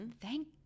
thank